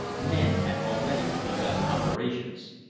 men had already begun operations.